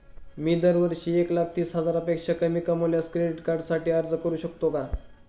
मी दरवर्षी एक लाख तीस हजारापेक्षा कमी कमावल्यास क्रेडिट कार्डसाठी अर्ज करू शकतो का?